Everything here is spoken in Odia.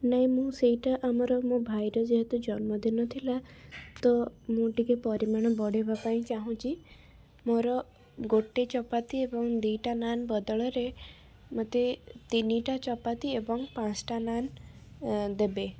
ନାହିଁ ମୁଁ ସେଇଟା ଆମର ମୋ ଭାଇର ଯେହେତୁ ଜନ୍ମଦିନ ଥିଲା ତ ମୁଁ ଟିକିଏ ପରିମାଣ ବଢ଼ାଇବା ପାଇଁ ଚାହୁଁଛି ମୋର ଗୋଟେ ଚପାତି ଏବଂ ଦୁଇଟା ନାନ୍ ବଦଳରେ ମୋତେ ତିନିଟା ଚପାତି ଏବଂ ପାଞ୍ଚଟା ନାନ୍ ଦେବେ